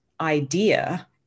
idea